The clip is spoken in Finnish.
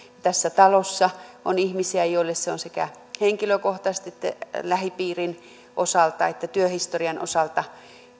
tässä talossa on ihmisiä joille se on sekä henkilökohtaisesti että lähipiirin osalta että työhistorian osalta